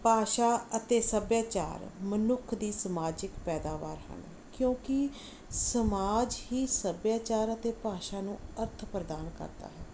ਭਾਸ਼ਾ ਅਤੇ ਸੱਭਿਆਚਾਰ ਮਨੁੱਖ ਦੀ ਸਮਾਜਿਕ ਪੈਦਾਵਾਰ ਹਨ ਕਿਉਂਕਿ ਸਮਾਜ ਹੀ ਸੱਭਿਆਚਾਰ ਅਤੇ ਭਾਸ਼ਾ ਨੂੰ ਅਰਥ ਪ੍ਰਦਾਨ ਕਰਦਾ ਹੈ